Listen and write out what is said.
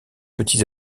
petits